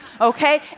okay